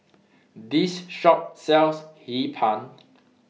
This Shop sells Hee Pan